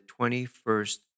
21st